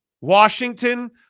Washington